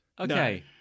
Okay